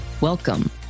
Welcome